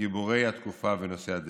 גיבורי התקופה ונושאי הדגל.